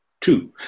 Two